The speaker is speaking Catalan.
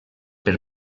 per